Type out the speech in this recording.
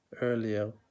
earlier